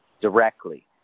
directly